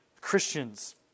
Christians